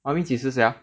I mean 几时 sia